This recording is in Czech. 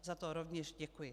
Za to rovněž děkuji.